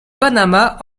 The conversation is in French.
panama